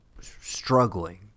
struggling